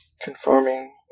conforming